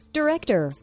director